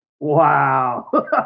Wow